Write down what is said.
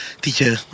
Teacher